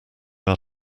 are